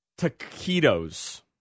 taquitos